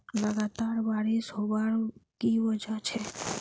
लगातार बारिश होबार की वजह छे?